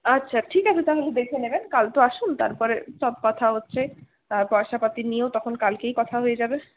আচ্ছা ঠিক আছে তাহলে দেখে নেবেন কাল তো আসুন তারপরে সব কথা হচ্ছে পয়সাপাতি নিয়েও তখন কালকেই কথা হয়ে যাবে